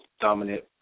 dominant